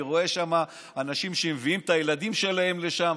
אני רואה שם אנשים שמביאים את הילדים שלהם לשם,